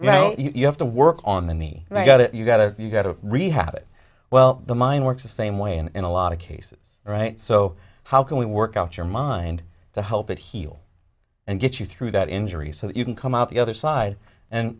know you have to work on the knee and i got it you got it you got to rehab it well the mine works the same way and in a lot of cases right so how can we work out your mind to help it heal and get you through that injury so that you can come out the other side